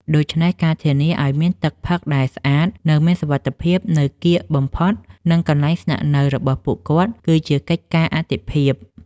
ដូច្នេះ ការធានាឱ្យមានទឹកផឹកដែលស្អាត និងមានសុវត្ថិភាពនៅកៀកបំផុតនឹងកន្លែងស្នាក់នៅរបស់ពួកគាត់ គឺជាកិច្ចការអាទិភាព។